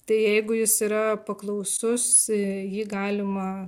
tai jeigu jis yra paklausus jį galima